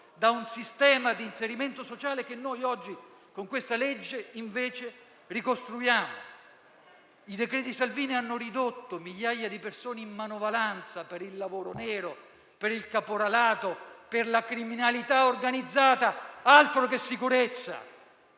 da un sistema di inserimento sociale che noi oggi, con questa legge, ricostruiamo. I cosiddetti decreti Salvini hanno ridotto migliaia di persone in manovalanza per il lavoro nero, per il caporalato, per la criminalità organizzata - altro che sicurezza